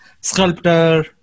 sculptor